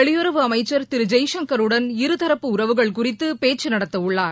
வெளியுறவு அமைச்சர் திரு ஜெய்சங்கருடன் இருதரப்பு உறவுகள் குறித்து பேச்சு நடத்தவுள்ளார்